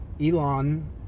Elon